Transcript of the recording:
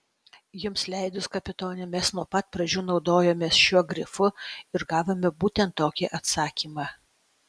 jums leidus kapitone mes nuo pat pradžių naudojomės šiuo grifu ir gavome būtent tokį atsakymą